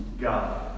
God